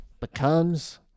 Becomes